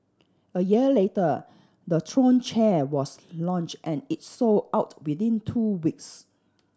a year later the Throne chair was launched and it sold out within two weeks